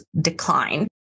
decline